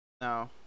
No